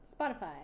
Spotify